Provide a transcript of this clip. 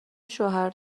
شوهر